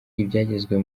ibyagezweho